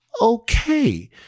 okay